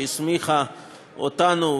שהסמיכה אותנו,